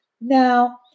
Now